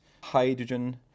hydrogen